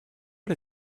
but